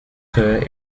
chœur